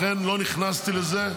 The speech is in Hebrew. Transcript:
לכן לא נכנסתי לזה.